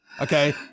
Okay